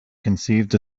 conceived